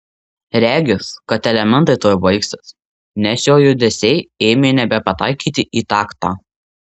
regis kad elementai tuoj baigsis nes jo judesiai ėmė nebepataikyti į taktą